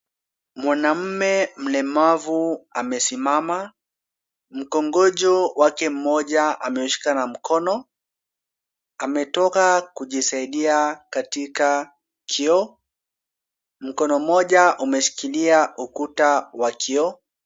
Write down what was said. Mwanamume mlemavu amesimama. Mkongojo wake mmoja ameushika na mkono. Ametoka kujisaidia katika choo. Mkono mmoja umeshikilia ukuta wa choo.